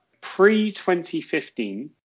pre-2015